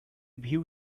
view